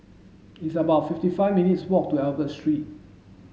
it's about fifty five minutes' walk to Albert Street